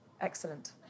Excellent